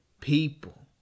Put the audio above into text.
people